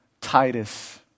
Titus